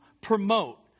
promote